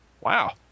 Wow